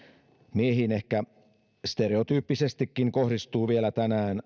miehiin ehkä stereotyyppisestikin kohdistuu vielä tänään